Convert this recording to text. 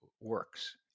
works